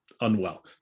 unwell